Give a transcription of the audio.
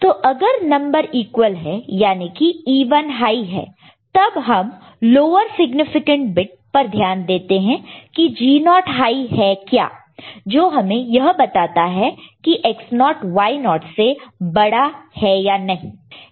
तो अगर number equal है यानी कि E1 हाई है तब हम लोअर सिग्निफिकेंट बिट पर ध्यान देते हैं की G0 हाई है क्या जो हमें यह बताता है की X0 Y0 से बड़ा है या नहीं